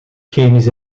chemisch